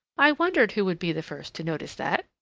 i wondered who would be the first to notice that,